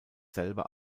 selber